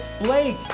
Blake